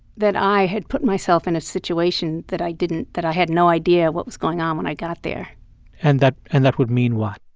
that i had put myself in a situation that i didn't that i had no idea what was going on when i got there and that and that would mean what?